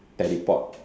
teleport